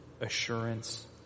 assurance